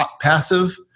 passive